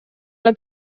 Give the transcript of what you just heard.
alla